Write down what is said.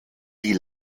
die